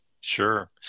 Sure